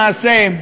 למעשה,